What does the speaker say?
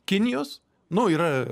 kinijos nu yra